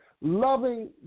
loving